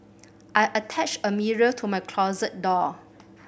I attached a mirror to my closet door